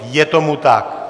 Je tomu tak.